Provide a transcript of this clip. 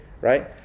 right